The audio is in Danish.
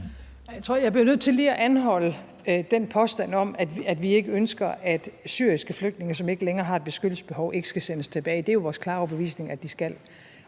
Jeg bliver nødt til lige at anholde den påstand om, at vi ikke ønsker, at syriske flygtninge, som ikke længere har et beskyttelsesbehov, skal sendes tilbage. Det er jo vores klare overbevisning, at de skal.